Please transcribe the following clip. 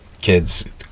kids